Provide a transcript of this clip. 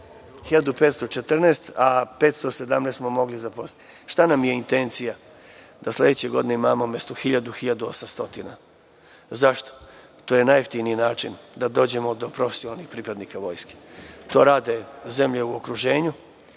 1514, a 517 smo mogli zaposliti. Šta nam je intencija? Da sledeće godine imamo, umesto 1000, 1800. Zašto? To je najjeftiniji način da dođemo do profesionalnih pripadnika vojske. To rade zemlje u okruženju.